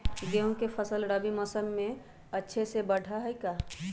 गेंहू के फ़सल रबी मौसम में अच्छे से बढ़ हई का?